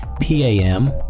PAM